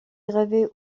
gravée